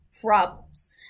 problems